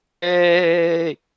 Hey